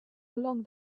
along